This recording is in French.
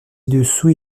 dessous